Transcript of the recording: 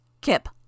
Kip